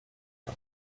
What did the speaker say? out